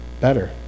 better